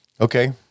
okay